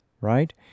right